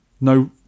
No